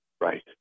right